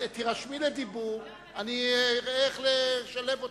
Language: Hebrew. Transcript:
תירשמי לדיבור ואני אראה איך לשלב אותך.